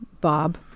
Bob